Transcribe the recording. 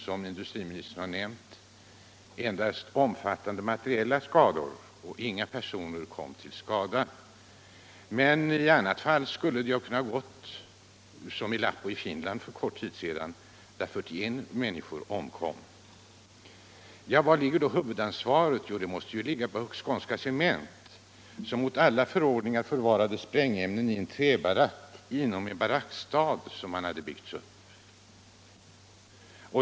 som industriministern nämnde, endast omfattande materiella skador; ingen människa kom till skada. I annat fall hade det kunnat gå som i Lappo i; Finland där 41 människor omkom för kort tid sedan. Var ligger då huvudansvaret? Det måste ligga på Skånska Cement, som mot alla förordningar förvarade sprängämnen i en träbarack inom en barackstad som hade byggts upp.